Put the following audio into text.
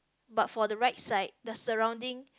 but for the right side the surrounding